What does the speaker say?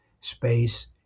space